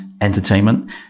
entertainment